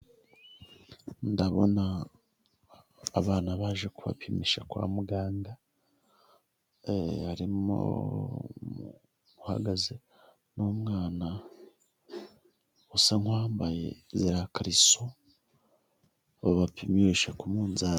Ndabona abana baje kubapimisha kwa muganga, harimo uhagaze n'umwana usa nk'uwambaye ziriya kariso babapimisha ku munzani.